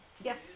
Yes